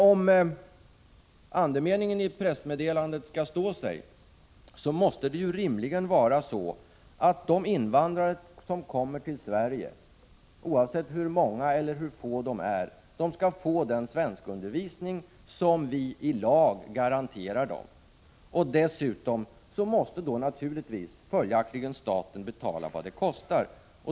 Om andemeningen i pressmeddelandet skall stå sig måste rimligen de invandrare som kommer till Sverige, oavsett hur många eller hur få de är, få den svenskundervisning som vi i lag garanterar dem, och följaktligen måste staten betala vad det kostar.